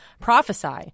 Prophesy